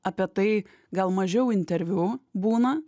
apie tai gal mažiau interviu būna